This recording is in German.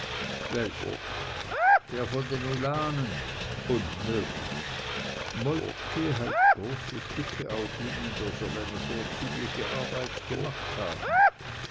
welcher der von den ulanen unmöglich moltke hält große stücke auf ihn und er soll eine vorzügliche arbeit gemacht haben